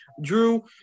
Drew